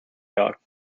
dock